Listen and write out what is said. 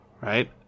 Right